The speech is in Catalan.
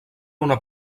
una